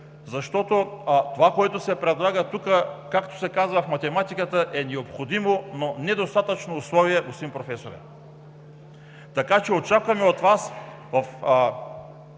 защото това, което се предлага тук, както се казва в математиката, е необходимо, но недостатъчно условие, господин професоре. Очакваме от Вас